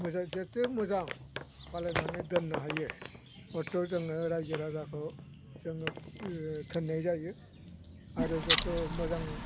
मोजां जेथ' मोजां खालामनानै दोननो हायो हयथ जोङो रायजो राजाखौ जोङो थोननाय जायो आरो जथ' मोजां